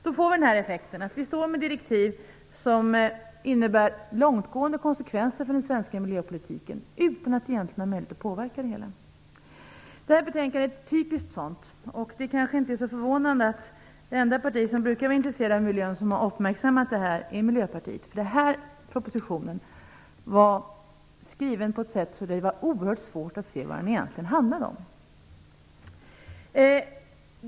Då får vi den här effekten att vi står med direktiv som innebär långtgående konsekvenser för den svenska miljöpolitiken utan att egentligen ha möjlighet att påverka det hela. Det här betänkande är typiskt för detta. Det är kanske inte så förvånande att det enda parti som brukar vara intresserat av miljön och som har uppmärksammat detta är Miljöpartiet. Den här propositionen är skriven på ett sådant sätt att det är oerhört svårt att se vad den egentligen handlar om.